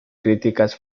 críticas